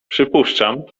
przypuszczam